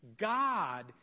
God